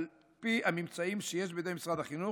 על פי הממצאים שיש בידי משרד החינוך,